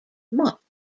motte